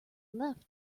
left